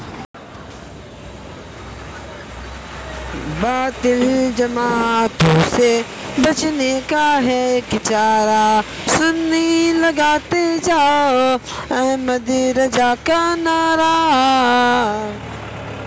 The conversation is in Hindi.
क्या महिलाओं के लिए कोई विशेष निवेश योजना है?